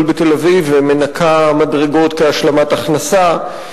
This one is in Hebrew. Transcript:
בתל-אביב ומנקה מדרגות כהשלמת הכנסה,